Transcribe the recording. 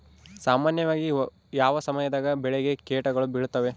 ಸಾಮಾನ್ಯವಾಗಿ ಯಾವ ಸಮಯದಾಗ ಬೆಳೆಗೆ ಕೇಟಗಳು ಬೇಳುತ್ತವೆ?